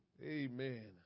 Amen